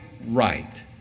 right